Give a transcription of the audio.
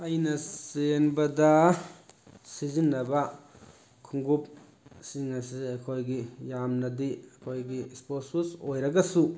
ꯑꯩꯅ ꯆꯦꯟꯕꯗ ꯁꯤꯖꯤꯟꯅꯕ ꯈꯨꯡꯎꯞꯁꯤꯡ ꯑꯁꯦ ꯑꯩꯈꯣꯏꯒꯤ ꯌꯥꯝꯅꯗꯤ ꯑꯩꯈꯣꯏꯒꯤ ꯁ꯭ꯞꯣꯔꯠ ꯁꯨꯁ ꯑꯣꯏꯔꯒꯁꯨ